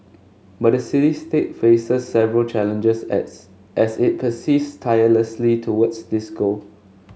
but the city state faces several challenges as as it persists tirelessly towards this goal